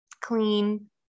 clean